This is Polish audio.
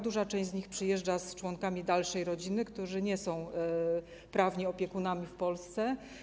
Duża część tych dzieci przyjeżdża z członkami dalszej rodziny, którzy nie są prawnymi opiekunami w Polsce.